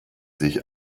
sich